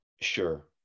sure